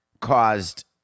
caused